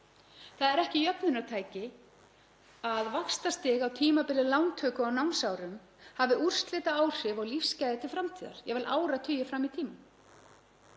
Það er ekki jöfnunartæki að vaxtastig á tímabili lántöku á námsárum hafi úrslitaáhrif á lífsgæði til framtíðar, jafnvel áratugi fram í tímann.